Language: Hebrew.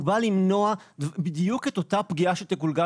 הוא בא למנוע בדיוק את אותה פגיעה שתגולגל